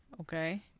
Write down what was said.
Okay